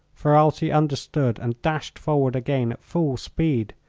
ferralti understood, and dashed forward again at full speed.